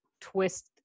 twist